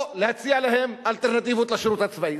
או להציע להם אלטרנטיבות לשירות הצבאי,